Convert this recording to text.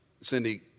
Cindy